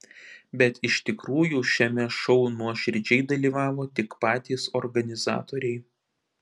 bet iš tikrųjų šiame šou nuoširdžiai dalyvavo tik patys organizatoriai